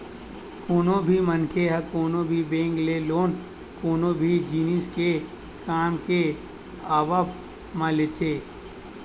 कोनो भी मनखे ह कोनो भी बेंक ले लोन कोनो भी जिनिस के काम के आवब म लेथे